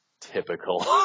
typical